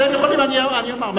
אתם יכולים, אני אומר.